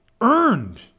earned